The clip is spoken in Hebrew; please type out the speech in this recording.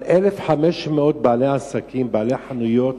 אבל 1,500 בעלי עסקים, בעלי חנויות,